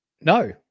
No